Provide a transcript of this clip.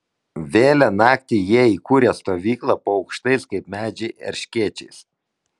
vėlią naktį jie įkūrė stovyklą po aukštais kaip medžiai erškėčiais